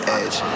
edge